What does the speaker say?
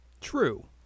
True